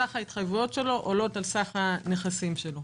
סך ההתחייבויות שלו עולות על סך הנכסים שלנו.